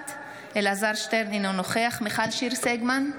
נוכחת אלעזר שטרן, אינו נוכח מיכל שיר סגמן,